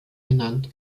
benannt